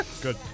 Good